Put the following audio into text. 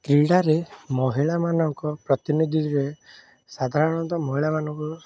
କ୍ରୀଡ଼ାରେ ମହିଳାମାନଙ୍କ ପ୍ରତିନିଧିରେ ସାଧାରଣତଃ ମହିଳାମାନଙ୍କୁ